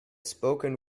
spoken